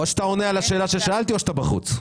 או שאתה עונה על השאלה ששאלתי או שאתה בחוץ.